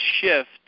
shift